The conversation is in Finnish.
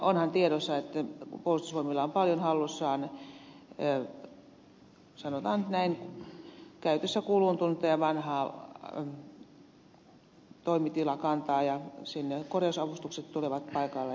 onhan tiedossa kun puolustusvoimilla on paljon hallussaan sanotaan nyt näin käytössä kulunutta ja vanhaa toimitilakantaa niin sinne korjausavustukset tulevat paikalleen